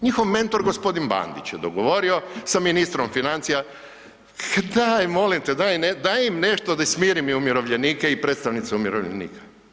Njihov mentor, g. Bandić je dogovorio, sa ministrom financija, daj molim te, daj im nešto da i smirim i umirovljenike i predstavnice umirovljenika.